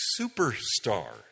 superstar